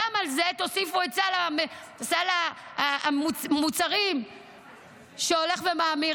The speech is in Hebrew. על זה גם תוסיפו את סל המוצרים שהולך ומאמיר,